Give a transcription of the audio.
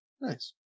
Nice